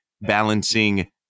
balancing